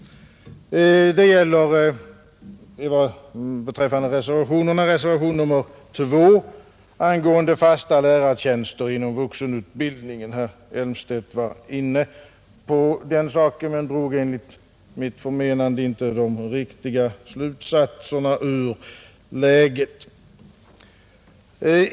Reservationen 2 avser fasta lärartjänster inom vuxenutbildningen. Herr Elmstedt var inne på den saken men drog enligt mitt förmenande inte de riktiga slutsatserna av läget.